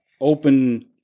open